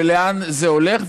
ולאן זה הולך,